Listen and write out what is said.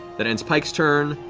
that ends pike's turn.